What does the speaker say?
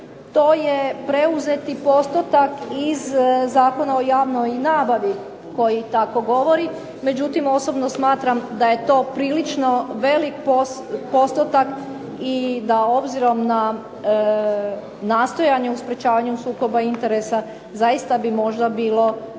To je preuzeti postotak iz Zakona o javnoj nabavi koji tako govori. Međutim, osobno smatram da je to prilično velik postotak i da obzirom na nastojanje u sprečavanju sukoba i interesa zaista bi možda bilo,